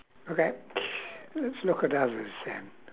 okay let's look at others then